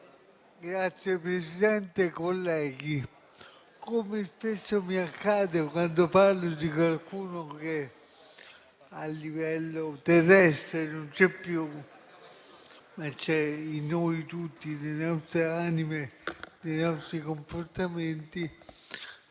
onorevoli colleghi, come spesso mi accade quando parlo di qualcuno che a livello terrestre non c'è più, ma che è in noi tutti, nelle nostre anime e nei nostri comportamenti,